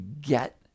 get